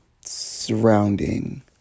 surrounding